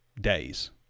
days